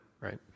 right